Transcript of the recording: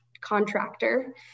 contractor